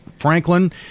franklin